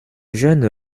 jeune